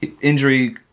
Injury